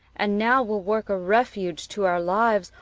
and now will work a refuge to our lives,